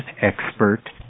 expert